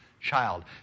child